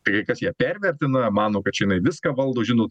tai kai kas ją pervertina mano kad čia jinai viską valdo žinot